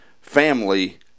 family